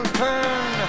turn